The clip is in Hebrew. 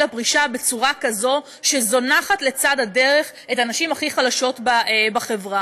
הפרישה בצורה כזו שזונחת לצד הדרך את הנשים הכי חלשות בחברה.